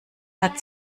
hat